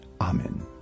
Amen